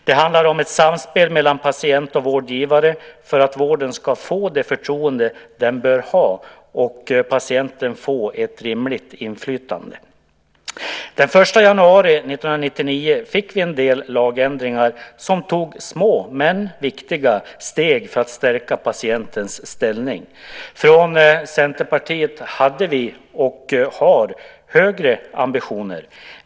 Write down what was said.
Det handlar om ett samspel mellan patient och vårdgivare för att vården ska få det förtroende den bör ha och för att patienten ska få ett rimligt inflytande. Den 1 januari 1999 fick vi en del lagändringar som tog små men viktiga steg för att stärka patientens ställning. Från Centerpartiet hade vi, och har, högre ambitioner.